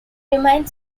remained